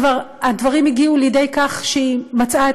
כשהדברים כבר הגיעו לידי כך שהיא מצאה את